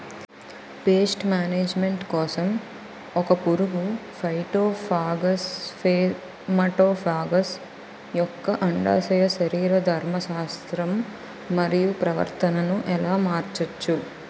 Paste management కోసం ఒక పురుగు ఫైటోఫాగస్హె మటోఫాగస్ యెక్క అండాశయ శరీరధర్మ శాస్త్రం మరియు ప్రవర్తనను ఎలా మార్చచ్చు?